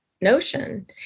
notion